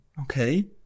Okay